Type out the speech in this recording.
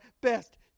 best